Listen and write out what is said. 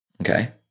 Okay